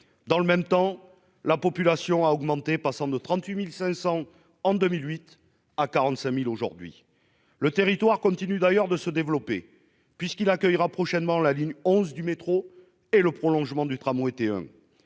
Dans le même temps, la population a augmenté, passant de 38 500 habitants en 2008 à 45 000 aujourd'hui. Le territoire continue d'ailleurs de se développer, puisqu'il accueillera prochainement la ligne 11 du métro et le prolongement du tramway T1.